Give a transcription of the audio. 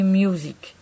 music